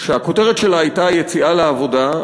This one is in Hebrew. שהכותרת שלה הייתה יציאה לעבודה,